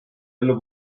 ellu